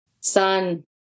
sun